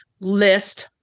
List